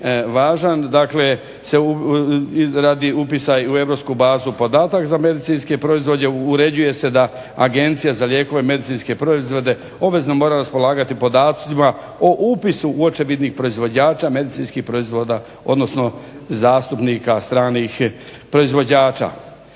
dakle se radi upisa i u europsku bazu podataka za medicinske proizvode, uređuje se da agencija za lijekove i medicinske proizvode obavezno mora raspolagati podacima o upisu u očevidnik proizvođača medicinskih proizvoda, odnosno zastupnika stranih proizvođača.